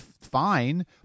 fine